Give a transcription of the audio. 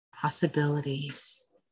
possibilities